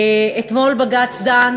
אתמול בג"ץ דן